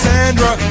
Sandra